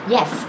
Yes